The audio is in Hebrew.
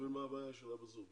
ומר אמיר הרפז,